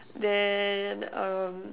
then um